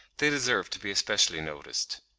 they deserve to be especially noticed.